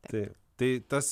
taip tai tas